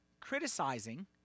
criticizing